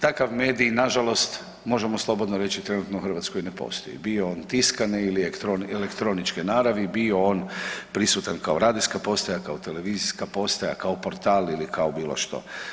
Takav medij na žalost možemo slobodni reći trenutno u Hrvatskoj ne postoji bio on tiskane ili elektroničke naravi, bio on prisutan kao radijska postaja, kao televizijska postaja, kao portal ili kao bilo što.